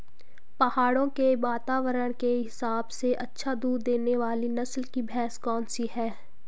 पहाड़ों के वातावरण के हिसाब से अच्छा दूध देने वाली नस्ल की भैंस कौन सी हैं?